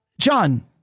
John